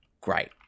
great